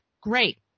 Great